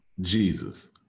Jesus